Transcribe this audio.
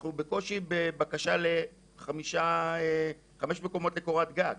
אנחנו בקושי בבקשה לחמש מקומות לקורת גג.